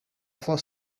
for